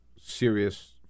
serious